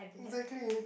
exactly